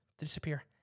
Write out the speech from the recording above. disappear